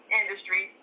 industry